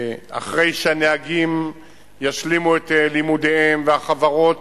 אחרי שהנהגים ישלימו את לימודיהם והחברות